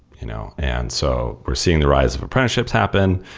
you know and so we're seeing the rise of apprenticeships happen.